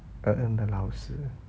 蒽蒽的老师